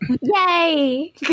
Yay